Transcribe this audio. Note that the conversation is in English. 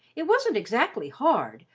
it wasn't exactly hard,